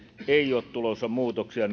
ei ole tulossa muutoksia